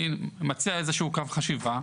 אני מציע איזשהו קו חשיבה,